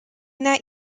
that